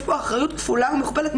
יש פה אחריות כפולה ומכופלת,